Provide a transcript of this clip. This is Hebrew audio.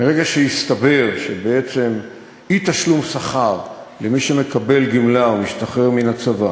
מרגע שהסתבר שבעצם אי-תשלום שכר למי שמקבל גמלה או משתחרר מהצבא